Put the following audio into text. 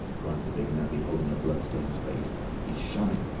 cried the big navvy, holding a blood-stained spade he's shamming.